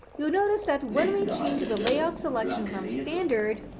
you'll notice that when we change the layout selection from standard